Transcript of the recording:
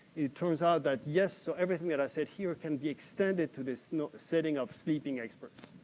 it turns out that yes, so everything that i said here can be extended to this setting of sleeping experts.